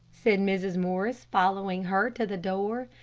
said mrs. morris, following her to the door,